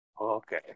Okay